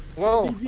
well